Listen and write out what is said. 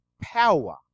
power